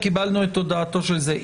בסדר, קיבלנו את הודעתו של זה.